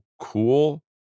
cool